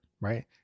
Right